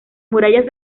murallas